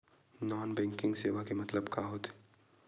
Non banking सेवा के मतलब का होथे?